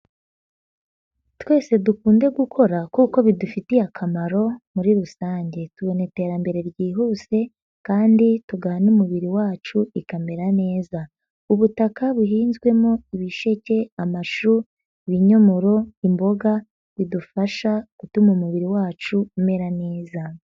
Twese dukunde gukora kuko bidufitiye akamaro muri rusange. Tubona iterambere ryihuse kandi tugaha n'umubiri wacu bikamera neza. Ubutaka buhinzwemo: ibisheke, amashu, ibinyomoro, imboga, bidufasha gutuma umubiri wacu umera neza.